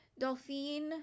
Dolphine